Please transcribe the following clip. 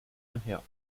einher